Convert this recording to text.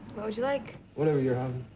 what would you like? whatever you're having.